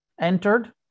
entered